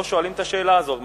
לא שואלים את השאלה הזאת.